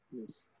Yes